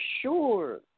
sure